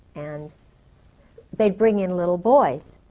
and they'd bring in little boys.